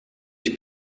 ich